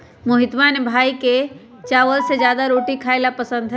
मोहितवा के भाई के चावल से ज्यादा रोटी खाई ला पसंद हई